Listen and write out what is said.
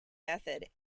method